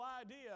idea